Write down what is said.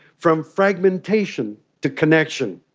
from fragmentation to connection,